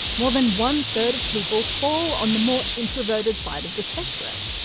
more than one third of people fall on the more introverted side of the spectrum.